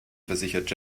versichert